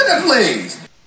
please